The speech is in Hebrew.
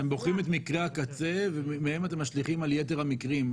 אתם בוחרים את מקרי הקצה ומהם אתם משליכים על יתר המקרים.